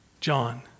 John